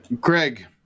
greg